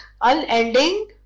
unending